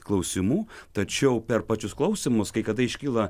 klausimų tačiau per pačius klausymus kai kada iškyla